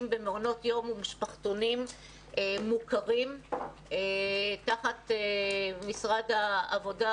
במעונות יום ומשפחתונים מוכרים תחת משרד העבודה,